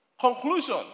Conclusion